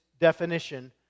definition